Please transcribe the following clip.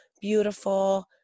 beautiful